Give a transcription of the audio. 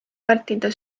vältida